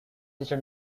sister